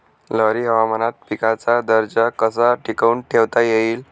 लहरी हवामानात पिकाचा दर्जा कसा टिकवून ठेवता येईल?